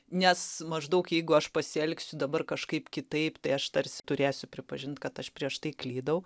nes maždaug jeigu aš pasielgsiu dabar kažkaip kitaip tai aš tarsi turėsiu pripažint kad aš prieš tai klydau